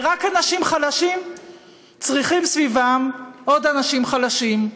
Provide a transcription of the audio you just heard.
ורק אנשים חלשים צריכים סביבם עוד אנשים חלשים.